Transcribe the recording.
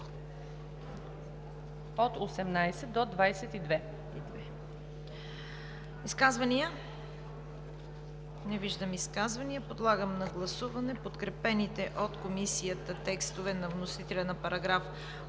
от 18 до 22.